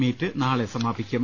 meet നാളെ സമാപിക്കും